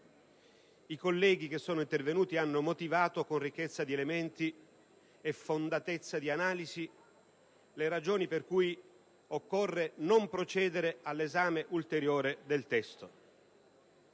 I colleghi intervenuti hanno motivato con ricchezza di elementi e fondatezza di analisi le ragioni per cui occorre non procedere all'esame ulteriore del testo.